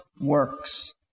works